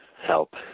help